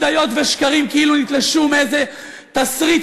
בדיות ושקרים שכאילו נתלשו מאיזה תסריט